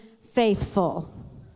faithful